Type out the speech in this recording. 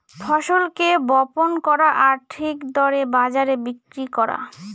ফসলকে বপন করা আর ঠিক দরে বাজারে বিক্রি করা